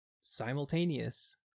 simultaneous